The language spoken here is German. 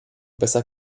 besser